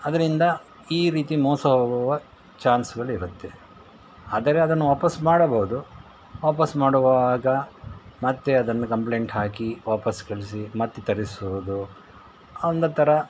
ಆದ್ದರಿಂದ ಈ ರೀತಿ ಮೋಸ ಹೋಗುವ ಚಾನ್ಸ್ಗಳು ಇರುತ್ತೆ ಆದರೆ ಅದನ್ನು ವಾಪಸ್ ಮಾಡಬಹುದು ವಾಪಸ್ ಮಾಡುವಾಗ ಮತ್ತೆ ಅದನ್ನು ಕಂಪ್ಲೇಂಟ್ ಹಾಕಿ ವಾಪಸ್ ಕಳಿಸಿ ಮತ್ತೆ ತರಿಸುವುದು ಒಂದು ಥರ